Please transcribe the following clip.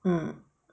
mm